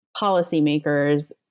policymakers